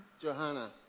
johanna